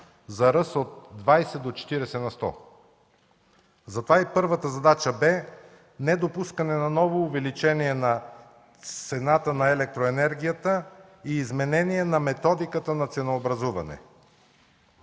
за ръст от 20 до 40 на сто. Затова и първата задача бе недопускане на ново увеличение на цената на електроенергията и изменение на методиката на ценообразуване.